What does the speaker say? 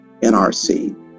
NRC